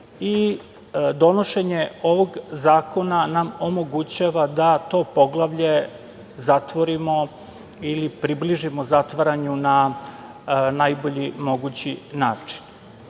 i donošenje ovog zakona nam omogućava da to poglavlje zatvorimo ili približimo zatvaranju na najbolji mogući način. Naime,